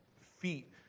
feet